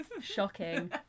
shocking